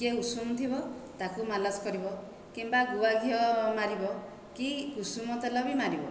ଟିକେ ଉଷୁମ ଥିବ ତାକୁ ମାଲିସ୍ କରିବ କିମ୍ବା ଗୁଆ ଘିଅ ମାରିବ କି କୁସୁମ ତେଲ ବି ମାରିବ